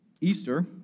Easter